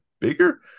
bigger